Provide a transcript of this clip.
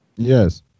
Yes